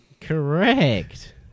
Correct